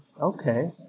okay